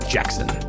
Jackson